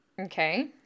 okay